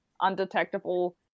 undetectable